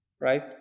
right